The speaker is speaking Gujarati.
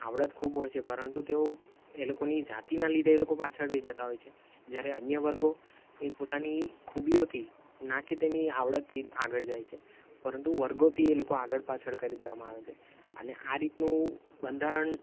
આવડત ખૂબ હોય છે પરંતુ તેઓ એ લોકોની જાતિના લીધે એ લોકો પાછળ રહી જતા હોય છે જ્યારે અન્ય વર્ગો એ પોતાની ખૂબીઓથી ના કે તેની આવડતથી આગળ જાય છે પરંતુ વર્ગોથી એ લોકો આગળ પાછળ કરી દેવામાં આવે છે અને આ રીતનું બંધારણ